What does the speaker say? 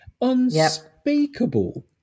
unspeakable